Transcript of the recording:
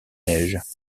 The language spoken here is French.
neiges